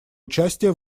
участие